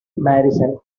morrison